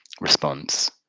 response